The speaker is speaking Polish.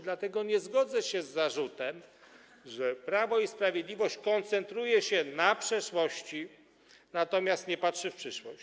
Dlatego nie zgodzę się z zarzutem, że Prawo i Sprawiedliwość koncentruje się na przeszłości, natomiast nie patrzy w przyszłość.